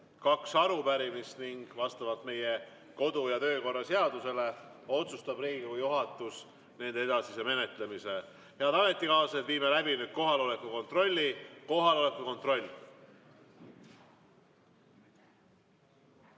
kaks arupärimist ning vastavalt meie kodu‑ ja töökorra seadusele otsustab Riigikogu juhatus nende edasise menetlemise. Head ametikaaslased! Viime läbi kohaloleku kontrolli. Kohaloleku kontroll.